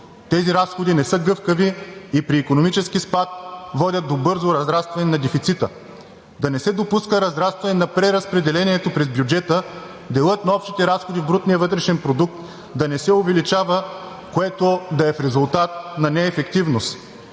Тези разходи не са гъвкави и при икономически спад водят до бързо разрастване на дефицита. Да не се допуска разрастване на преразпределението през бюджета. Делът на общите разходи и брутният вътрешен продукт да не се увеличава, което да е в резултат на неефективност.